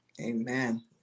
Amen